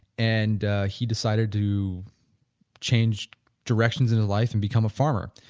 and he decided to change directions in his life and become a farmer.